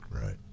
Right